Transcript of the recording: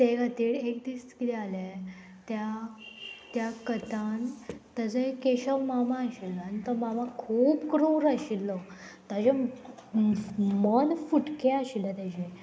ते खातीर एक दीस किदें जालें त्या त्या कथान ताचो एक केशव मामा आशिल्लो आनी तो मामा खूब ग्रोस आशिल्लो ताजे मॉल फुटके आशिल्ले तेजे